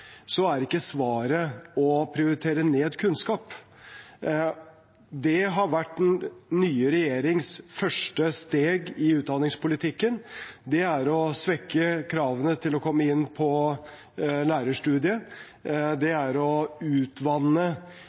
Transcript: er ikke svaret å prioritere ned kunnskap. Den nye regjeringens første steg i utdanningspolitikken har vært å senke kravene til å komme inn på lærerstudiet, utvanne kompetansekravene i skolen og skape tvil om fraværsgrensen. Det er